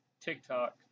tiktok